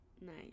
Nice